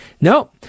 No